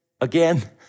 again